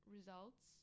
Results